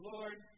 Lord